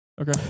Okay